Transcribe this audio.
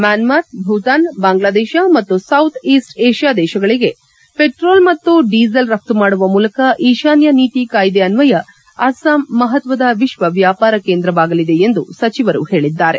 ಮ್ಯಾನ್ಸಾರ್ ಭೂತಾನ್ ಬಾಂಗ್ಲಾದೇಶ ಮತ್ತು south east Asia ದೇಶಗಳಿಗೆ petrol ಮತ್ತು ಡೀಸೆಲ್ ರವು ಮಾಡುವ ಮೂಲಕ ಈಶಾನ್ವ ನೀತಿ ಕಾಯಿದೆ ಅನ್ವಯ ಅಸ್ಲಾಂ ಮಹತ್ವದ ವಿಶ್ವ ವ್ನಾಪಾರ ಕೇಂದ್ರವಾಗಲಿದೆ ಎಂದು ಸಚಿವರು ಹೇಳಿದ್ದಾರೆ